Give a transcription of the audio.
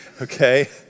okay